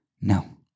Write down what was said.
No